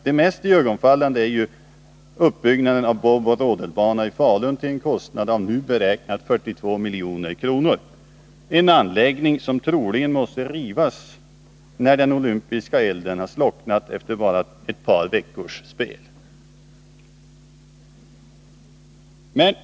Det mest iögonenfallande är uppbyggnaden av boboch rodelbanan i Falun till en kostnad av 42 milj.kr. enligt nu aktuella beräkningar — en anläggning som troligen måste rivas när den olympiska elden slocknat efter bara ett par veckors spel.